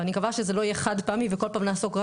אני מקווה שזה לא יהיה חד פעמי וכל פעם נעסוק רק